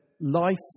Life